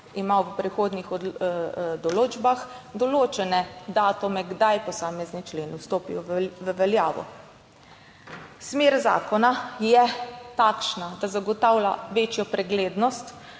ima v prehodnih določbah določene datume, kdaj posamezni členi vstopijo v veljavo. Smer zakona je takšna, da zagotavlja večjo preglednost,